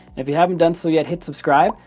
if you haven't done so yet, hit subscribe,